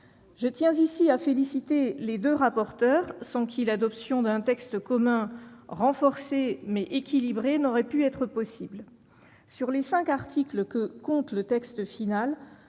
Je tiens à féliciter les deux rapporteurs, sans qui l'adoption d'un texte commun, renforcé, mais équilibré, n'aurait pu être possible. Sur les cinq articles que compte le texte final,